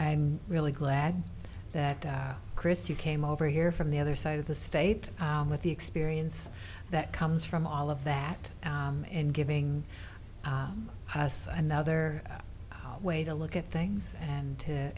i'm really glad that chris you came over here from the other side of the state with the experience that comes from all of that in giving us another way to look at things and to